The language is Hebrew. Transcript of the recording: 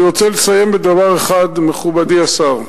מכובדי השר,